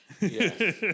Yes